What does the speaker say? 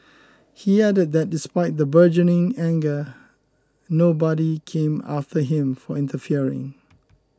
he added that despite the burgeoning anger nobody came after him for interfering